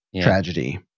tragedy